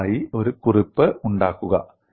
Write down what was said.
ദയവായി ഒരു കുറിപ്പ് ഉണ്ടാക്കുക